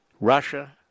Russia